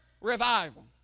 revival